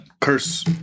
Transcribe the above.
curse